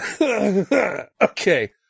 Okay